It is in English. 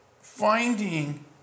finding